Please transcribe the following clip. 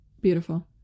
Beautiful